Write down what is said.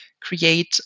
create